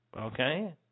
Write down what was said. Okay